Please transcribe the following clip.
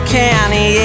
county